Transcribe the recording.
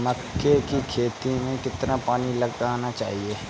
मक्के की खेती में कितना पानी लगाना चाहिए?